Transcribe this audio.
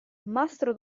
mastro